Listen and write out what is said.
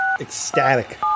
ecstatic